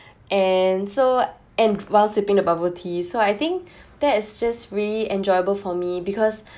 and so and while sipping the bubble tea so I think that is just really enjoyable for me because